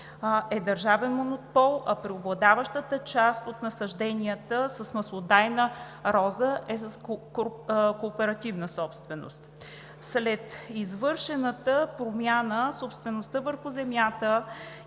е държавен монопол, а преобладаващата част от насажденията с маслодайна роза е кооперативна собственост. След извършената промяна – собствеността върху земята